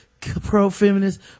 pro-feminist